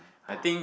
but